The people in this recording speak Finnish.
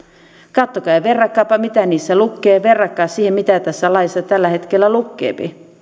katsokaapa ja verratkaapa mitä niissä lukee verratkaa siihen mitä tässä laissa tällä hetkellä lukee